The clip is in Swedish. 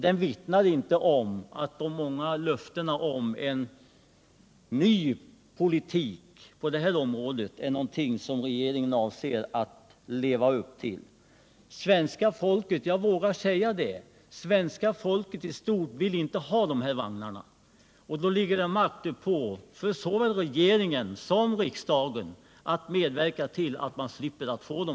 Den vittnar inte om att de många löftena om en ny politik på detta område är någonting som regeringen avser att leva upp till. Svenska folket — jag vågar säga det — vill inte ha de här vagnarna, och då ligger det makt uppå att såväl regeringen som riksdagen medverkar till att man också slipper att få dem.